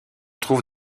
trouve